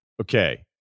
Okay